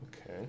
okay